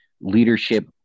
leadership